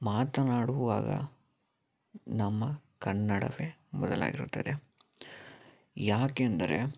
ಮಾತನಾಡುವಾಗ ನಮ್ಮ ಕನ್ನಡವೇ ಬದಲಾಗಿರುತ್ತದೆ ಯಾಕೆಂದರೆ